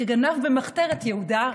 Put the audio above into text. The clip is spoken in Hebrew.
/ כגנב במחתרת יהודה?